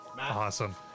Awesome